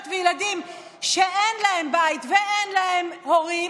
וילדים שאין להם בית ואין להם הורים